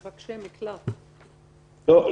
לא,